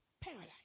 Paradise